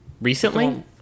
recently